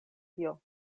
tio